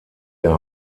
der